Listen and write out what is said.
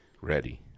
ready